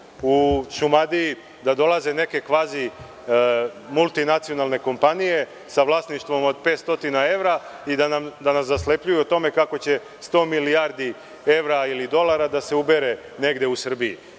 u Šumadiji, da dolaze neke kvazi multinacionalne kompanije sa vlasništvom od 500 evra i da nas zaslepljuju o tome kako će 100 milijardi evra ili dolara da se ubere negde u Srbiji.